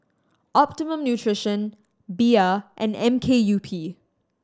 Optimum Nutrition Bia and M K U P